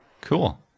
Cool